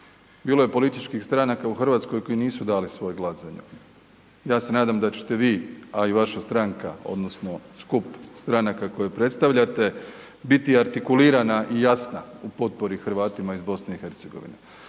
bilo je političkih stranaka u Hrvatskoj koje nisu dale svoj glas za nju. Ja se nadam da ćete vi, a i vaša stranka odnosno skup stranaka koje predstavljate biti artikulirana i jasna u potpori Hrvatima iz BiH.